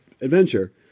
adventure